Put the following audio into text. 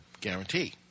guarantee